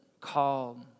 called